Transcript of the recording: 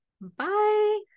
bye